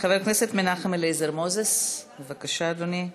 חבר כנסת מנחם אליעזר מוזס, בבקשה, אדוני.